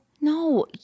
No